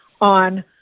on